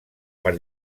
per